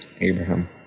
Abraham